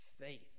faith